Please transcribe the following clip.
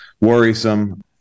worrisome